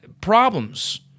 problems